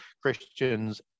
Christians